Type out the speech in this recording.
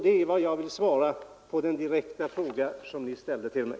Det är vad jag vill svara på den direkta fråga som Ni ställde till mig.